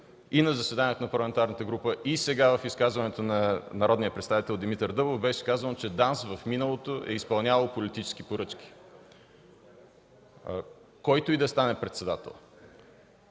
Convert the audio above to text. и на заседанието на парламентарната група, и сега в изказването на народния представител Димитър Дъбов беше казано, че ДАНС в миналото е изпълнявала политически поръчки. Който и да стане председател,